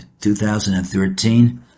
2013